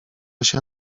się